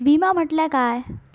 विमा म्हटल्या काय?